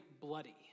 bloody